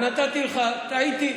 נתתי לך, טעיתי.